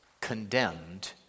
condemned